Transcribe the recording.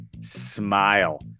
smile